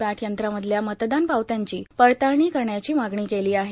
पॅट यंत्रामधल्या मतदान पावत्यांची पडताळणी करण्याची मागणी केली आहे